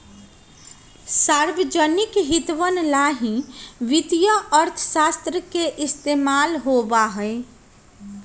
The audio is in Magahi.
सार्वजनिक हितवन ला ही वित्तीय अर्थशास्त्र के इस्तेमाल होबा हई